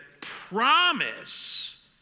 promise